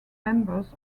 members